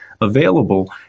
available